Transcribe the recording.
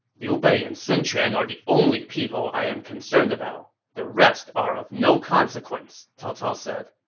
liu bei and sun quan are the only people i am concerned about the rest are of no consequence, cao cao said.